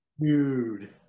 Dude